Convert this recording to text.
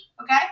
okay